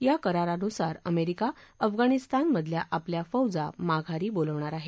या करारानुसार अमेरिका अफगाणिस्तानमधल्या आपल्या फौजा माघारी बोलवणार आहे